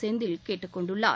செந்தில் கேட்டுக் கொண்டுள்ளார்